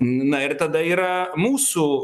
na ir tada yra mūsų